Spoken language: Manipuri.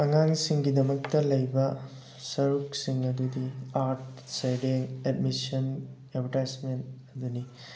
ꯑꯉꯥꯡꯁꯤꯡꯒꯤꯗꯃꯛꯇ ꯂꯩꯕ ꯁꯔꯨꯛꯁꯤꯡ ꯑꯗꯨꯗꯤ ꯑꯥꯔꯠ ꯁꯦꯚꯤꯡ ꯑꯦꯠꯃꯤꯁꯟ ꯑꯦꯠꯚꯔꯇꯥꯏꯁꯃꯦꯟ ꯑꯗꯨꯅꯤ